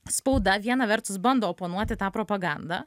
spauda viena vertus bando oponuoti tą propagandą